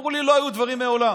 אמרו לי: לא היו דברים מעולם.